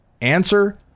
Answer